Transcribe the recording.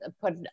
put